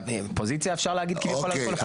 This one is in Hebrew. אופוזיציה אפשר להגיד על כל אחד.